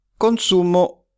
Consumo